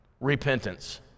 repentance